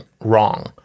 wrong